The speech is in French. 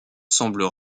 semblent